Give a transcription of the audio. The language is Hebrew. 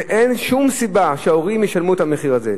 אין שום סיבה שההורים ישלמו את המחיר הזה.